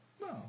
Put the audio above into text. No